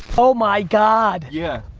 oh my god. yeah.